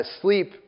sleep